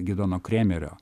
gidono kremerio